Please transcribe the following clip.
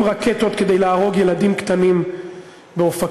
רקטות כדי להרוג ילדים קטנים באופקים,